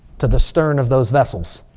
to the stern of those vessels.